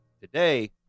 today